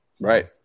right